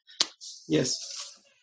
Yes